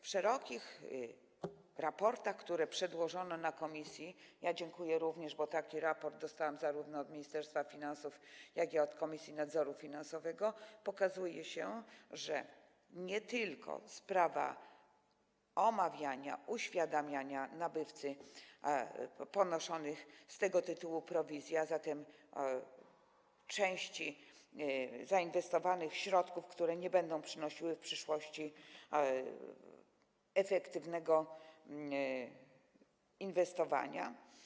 W szerokich raportach, które przedłożono w komisji - dziękuję, bo również taki raport dostałam zarówno od Ministerstwa Finansów, jak i od Komisji Nadzoru Finansowego - pokazuje się, że nie tylko sprawa omawiania, uświadamiania nabywcy o ponoszonych z tego tytułu prowizjach, a zatem części zainwestowanych środków, które nie będą przynosiły w przyszłości efektywnego inwestowania.